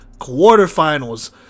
quarterfinals